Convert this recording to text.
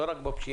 לא רק בפשיעה,